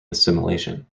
assimilation